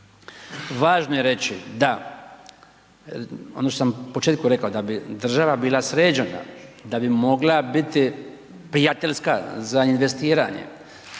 važno je reći da, ono što sam u početku rekao, da bi država bila sređena, da bi mogla biti prijateljska za investiranje,